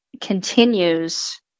continues